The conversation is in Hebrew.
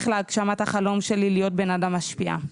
להגשמת החלום שלי להיות בן אדם משפיע.